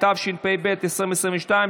התשפ"ב 2022,